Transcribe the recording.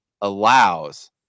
allows